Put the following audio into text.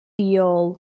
feel